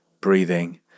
breathing